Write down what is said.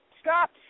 stop